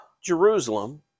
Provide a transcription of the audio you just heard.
Jerusalem